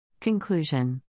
Conclusion